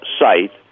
site